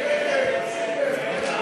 תשיב השרה גילה